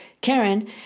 Karen